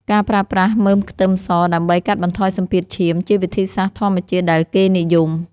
ការប្រើប្រាស់មើមខ្ទឹមសដើម្បីកាត់បន្ថយសម្ពាធឈាម ជាវិធីសាស្ត្រធម្មជាតិដែលគេនិយម។